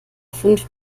fünf